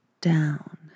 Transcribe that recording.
down